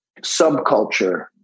subculture